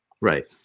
right